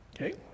okay